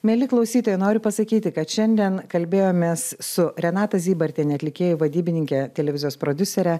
mieli klausytojai noriu pasakyti kad šiandien kalbėjomės su renata zybartienė atlikėja vadybininke televizijos prodiusere